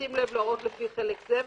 בשים לב להוראות לפי חלק זה,